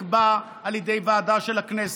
נקבע על ידי ועדה של הכנסת,